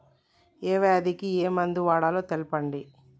ఏ వ్యాధి కి ఏ మందు వాడాలో తెల్పండి?